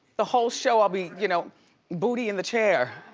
the whole show i'll be you know booty in the chair.